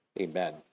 Amen